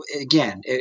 again